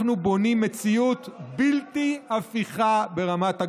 אנחנו בונים מציאות בלתי הפיכה ברמת הגולן.